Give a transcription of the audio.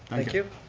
thank you.